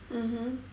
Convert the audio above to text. mmhmm